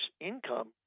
income